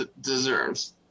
deserves